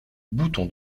bouton